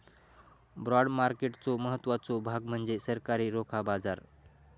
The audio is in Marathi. बाँड मार्केटचो महत्त्वाचो भाग म्हणजे सरकारी रोखा बाजार